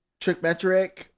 Trickmetric